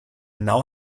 now